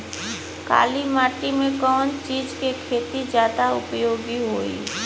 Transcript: काली माटी में कवन चीज़ के खेती ज्यादा उपयोगी होयी?